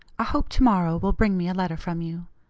i hope to-morrow will bring me a letter from you.